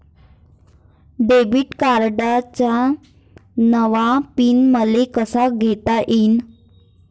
Debit कार्डचा नवा PIN मले कसा घेता येईन?